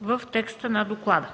в текста на доклада.